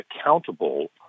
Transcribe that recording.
accountable